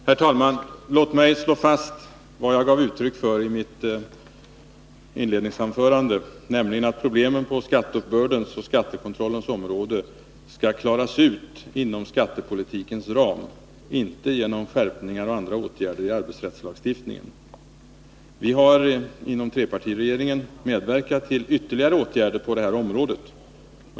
Herr talman! Låt mig slå fast vad jag gav uttryck för i mitt inledningsanförande, nämligen att problemen på skatteuppbördens och skattekontrollens område skall klaras ut inom skattepolitikens ram, inte genom skärpningar i arbetslagstiftningen och andra åtgärder på dess område. Vi har inom trepartiregeringen medverkat till ytterligare åtgärder på detta område.